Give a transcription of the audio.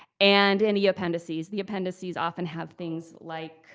and any appendices. the appendices often have things like